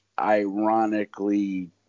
Ironically